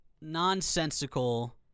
nonsensical